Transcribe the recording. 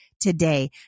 today